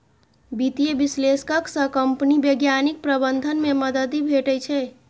वित्तीय विश्लेषक सं कंपनीक वैज्ञानिक प्रबंधन मे मदति भेटै छै